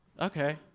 Okay